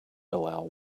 allow